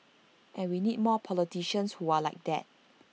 and we need more politicians who are like that